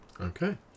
okay